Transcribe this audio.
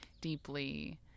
deeply